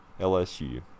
LSU